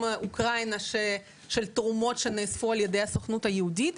של אוקראינה של תרומות שנאספו ע"י הסוכנות היהודית,